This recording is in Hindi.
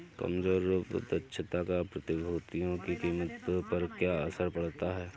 कमजोर रूप दक्षता का प्रतिभूतियों की कीमत पर क्या असर पड़ता है?